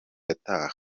ataha